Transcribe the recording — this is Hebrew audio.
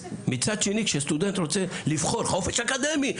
מצד שני כשסטודנט רוצה לבחור חופש אקדמי,